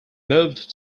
moved